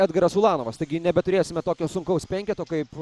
edgaras ulanovas taigi nebeturėsime tokio sunkaus penketo kaip